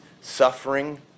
suffering